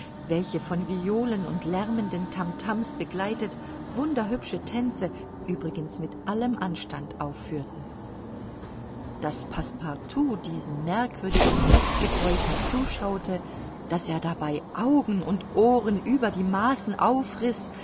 welche von violen und lärmenden tam tams begleitet wunderhübsche tänze übrigens mit allem anstand aufführten daß passepartout diesen merkwürdigen festgebräuchen zuschaute daß er dabei augen und ohren über die maßen aufriß